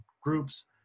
groups